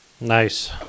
nice